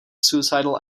suicidal